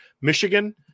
Michigan